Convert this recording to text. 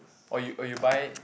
or you or you buy